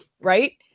right